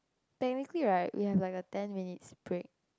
technically right we have like a ten minutes break